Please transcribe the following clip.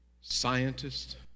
scientists